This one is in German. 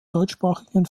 deutschsprachigen